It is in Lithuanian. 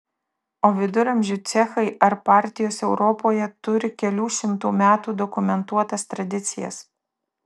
o viduramžių cechai ar partijos europoje turi kelių šimtų metų dokumentuotas tradicijas